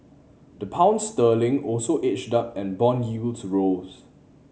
the Pound sterling also edged up and bond yields rose